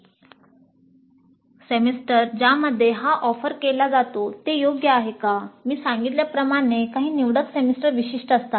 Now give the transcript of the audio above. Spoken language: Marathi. "सेमिस्टर ज्यामध्ये हा ऑफर केला जातो ते योग्य आहे" मी सांगितल्याप्रमाणे काही निवडक सेमेस्टर विशिष्ट असतात